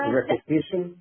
repetition